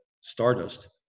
stardust